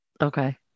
Okay